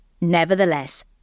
Nevertheless